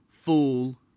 fool